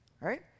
right